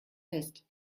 fest